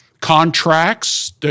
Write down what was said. contracts